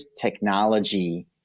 technology